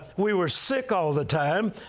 we were sick all the time,